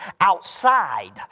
outside